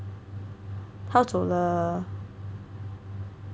他要走了